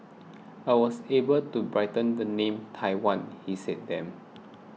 I was able to brighten the name Taiwan he said then